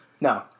No